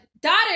Daughter